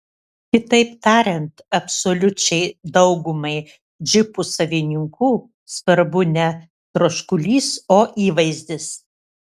kitaip tariant absoliučiai daugumai džipų savininkų svarbu ne troškulys o įvaizdis